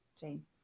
Jane